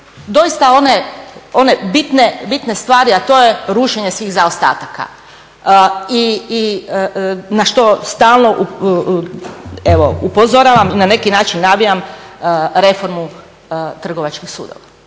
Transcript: doista one bitne stvari, a to je rušenje svih zaostatka? I na što stalno upozoravam i na neki način navijam reformu trgovačkih sudova.